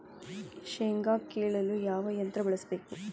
ಶೇಂಗಾ ಕೇಳಲು ಯಾವ ಯಂತ್ರ ಬಳಸಬೇಕು?